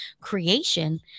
creation